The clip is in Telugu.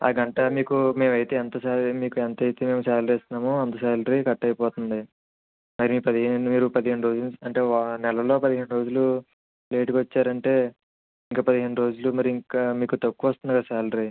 ఆ గంట మీకు మేము అయితే మీకు ఎంత సాలరీ మీకు ఎంత అయితే మేము సాలరీ ఇస్తున్నామో అంత సాలరీ కట్ అయిపోతుంది మరి పదిహేను మీరు పదిహేను రోజులు అంటే వా నెలలో పదిహేను రోజులు లేటుగా వచ్చారంటే ఇంకా పదిహేను రోజులు మరి ఇంకా మీకు తక్కువ వస్తుంది కదా సాలరీ